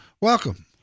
welcome